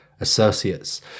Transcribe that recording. associates